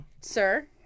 Sir